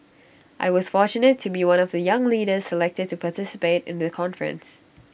I was fortunate to be one of the young leaders selected to participate in the conference